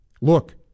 Look